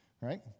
Right